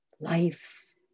life